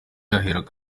aherako